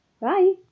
Bye